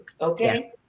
Okay